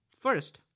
First